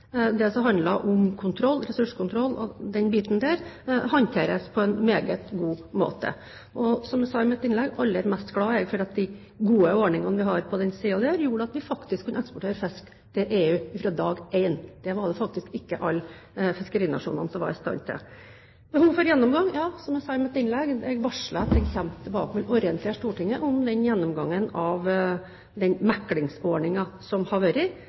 det som handler om ressurskontroll og den biten der, håndteres på en meget god måte. Som jeg sa i mitt innlegg: Jeg er aller mest glad for at de gode ordningene vi har her, gjorde at vi faktisk kunne eksportere fisk til EU fra dag én – det var det faktisk ikke alle fiskerinasjonene som var i stand til. Så til behovet for en gjennomgang. Som jeg sa i mitt innlegg: Jeg varslet at jeg vil komme tilbake og orientere Stortinget om gjennomgangen av den meklingsordningen som har vært.